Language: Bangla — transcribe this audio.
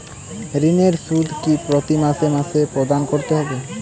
ঋণের সুদ কি প্রতি মাসে মাসে প্রদান করতে হবে?